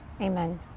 amen